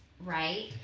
Right